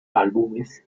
álbumes